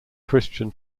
christian